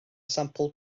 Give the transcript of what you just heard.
sampl